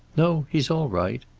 no. he's all right.